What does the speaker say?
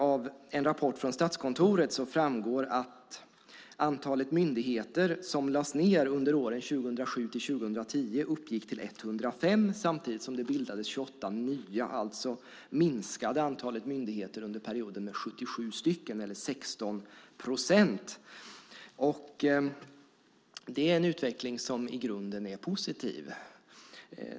Av en rapport från Statskontoret framgår att antalet myndigheter som lades ned under åren 2007-2010 uppgick till 105 samtidigt som det bildades 28 nya, alltså minskade antalet myndigheter under perioden med 77 stycken eller 16 procent. Det är en utveckling som i grunden är positiv.